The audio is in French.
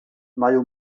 mario